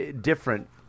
different